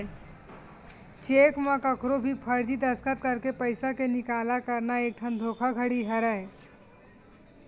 cheque म कखरो भी फरजी दस्कत करके पइसा के निकाला करना एकठन धोखाघड़ी हरय